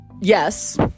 yes